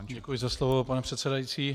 Děkuji za slovo, pane předsedající.